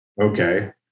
okay